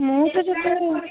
ମୁଁ ତ